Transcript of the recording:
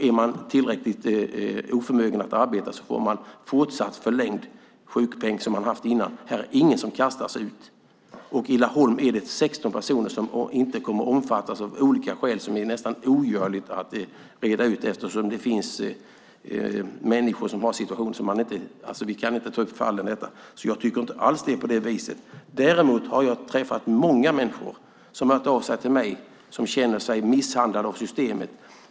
Är man tillräckligt oförmögen att arbeta får man sin tidigare sjukpeng fortsatt förlängd. Det är ingen som kastas ut. I Laholm är det 16 personer som av olika skäl inte kommer att omfattas. Dessa skäl är nästan ogörligt att reda ut. Vi kan inte ta upp dessa fall. Jag tycker alltså inte alls att det är på det vis du beskriver. Däremot har jag träffat många människor som har hört av sig till mig och som känner sig misshandlade av systemet.